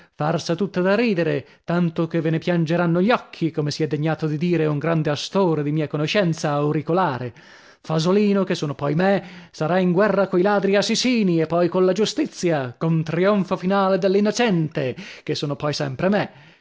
farsa tutta da ridere tanto che ve ne piangeranno gli occhi come si è degnato di dire un grande astore di mia conoscenza auricolare fasolino che sono poi me sarà in guerra coi ladri assissini e poi colla giustizia con trionfo finale dell'innocente che sono poi sempre me